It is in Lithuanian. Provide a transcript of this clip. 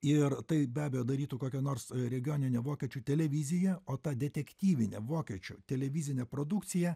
ir tai be abejo darytų kokia nors regioninė vokiečių televizija o ta detektyvinė vokiečių televizinė produkcija